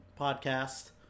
podcast